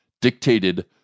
dictated